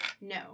No